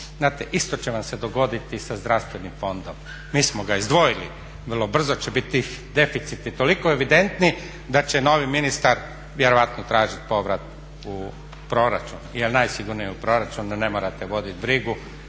Znate, isto će vam se dogoditi i sa Zdravstvenim fondom. Mi smo ga izdvojili, vrlo brzo će biti deficiti toliko evidentni da će novi ministar vjerojatno tražiti povrat u proračun jer najsigurnije je u proračunu, onda ne morate voditi brigu